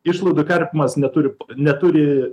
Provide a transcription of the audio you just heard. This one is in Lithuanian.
išlaidų karpymas neturi neturi